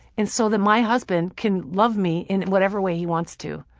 and so that my husband can love me in whatever way he wants to.